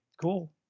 cool